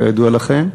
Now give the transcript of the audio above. כידוע לכם.